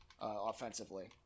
offensively